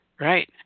Right